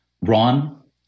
Ron